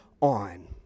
on